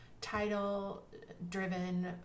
title-driven